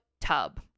tub